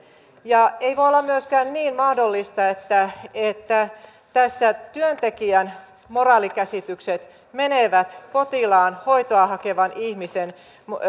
ja ei voi olla myöskään niin mahdollista että että tässä työntekijän moraalikäsitykset menevät potilaan hoitoa hakevan ihmisen